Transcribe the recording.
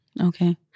Okay